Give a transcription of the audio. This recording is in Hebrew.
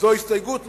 זו הסתייגות מהותית.